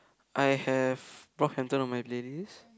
I have Brockhampton on my playlist